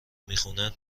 میخونن